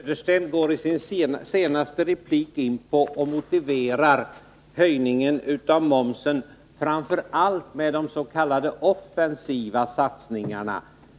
Herr talman! Bo Södersten går i sin senaste replik in på — och motiverar — höjningen av momsen framför allt med de s.k. offensiva satsningarna.